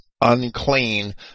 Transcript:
unclean